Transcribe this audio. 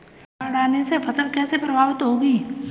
बाढ़ आने से फसल कैसे प्रभावित होगी?